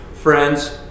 friends